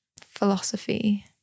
Philosophy